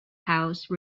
house